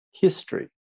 History